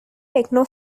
techno